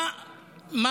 השופט?